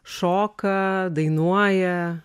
šoka dainuoja